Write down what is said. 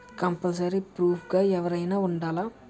Compulsory proof గా ఎవరైనా ఉండాలా?